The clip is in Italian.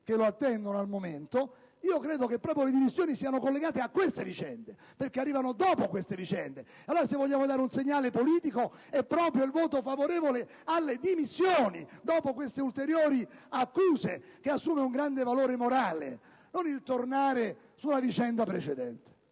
che lo attendono al momento), ritengo che proprio le dimissioni siano collegate a queste vicende, perché arrivano dopo di esse. Pertanto, se vogliamo dare un segnale politico, è proprio il voto favorevole alle dimissioni dopo queste ulteriori accuse che assume un grande valore morale, non il tornare sulla vicenda precedente.